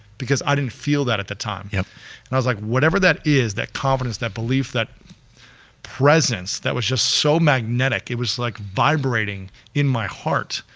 because i didn't feel that at the time. yeah and i was like whatever that is that, that calmness, that belief, that presence, that was just so magnetic. it was like vibrating in my heart.